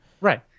Right